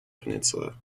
peninsula